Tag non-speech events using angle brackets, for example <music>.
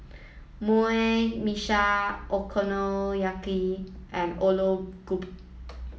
<unintelligible> Meshi Okonomiyaki and Alu Gobi